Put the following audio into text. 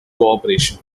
cooperation